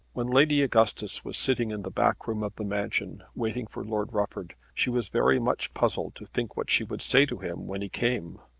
when lady augustus was sitting in the back room of the mansion waiting for lord rufford she was very much puzzled to think what she would say to him when he came.